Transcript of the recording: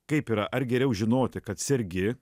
kaip yra ar geriau žinoti kad sergi